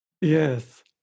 Yes